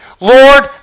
Lord